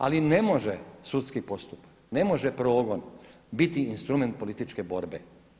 Ali ne može sudski postupak, ne može progon biti instrument političke borbe.